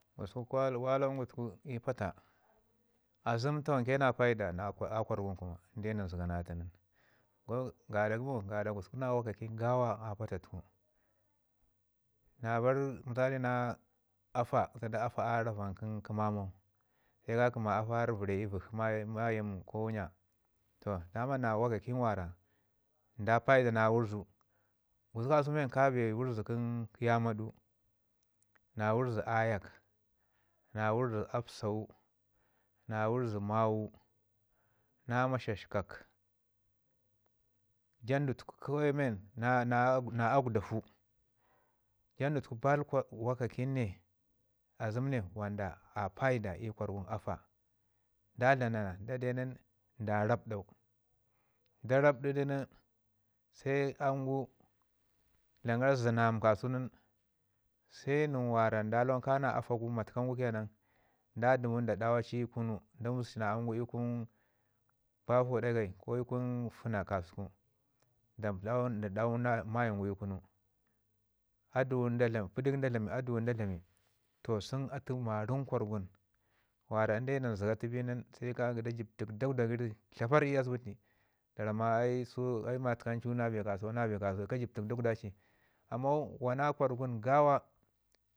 Gusku kwa lawan wa walangu i pata azəm tawank na paida a kwargun kuma in de nən zəgana atu nin. G- graɗa gusku na wokakin gawa a pata tuka. Na bar misacina na afa zaɗa afa a ravan mamau se ka ki mi ma afa har vəreu i vəkshi m- mayim ko wunya toh. Daman wokakin mura da paida na wurzu, gusku kasau men ka bee wurzu kə yamaɗu, na wurzu ayak, na wurzu apsawu, na wurzu ma'u na mashiskak jandu tuka kawai men na- na- na akdafu jam tuku baal wakakin ne azəm ni wanda a paida i kwargun afa. Nda dlam nan da de nin nda rapdau. Da rabdu du nin senam gu dlamen gara zənam kasu nin se nən wara da lawan gu na afa matkam gu ke nan nda damu da ɗawa ci i kunu da məsti na aam gu ikun bafu dagai ko i kun funa kasau da mpa na da ɗawuna mayim gu i kunu paiɗak nin da dlami aduwau nin da dlami pidək nin da dlami. Toh sun atu marəm kwargun wara in de nən zəga tu bi nin se ka ki da jibi tək dagwɗa gəri tlaparr ii asbiti da ramma ai su matkam cu na bee kasau ka jib tək dagwda ci. Amman wa na kwargun gawa